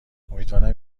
امیدوارم